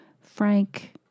frank